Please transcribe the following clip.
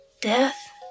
death